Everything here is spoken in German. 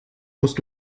musst